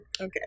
Okay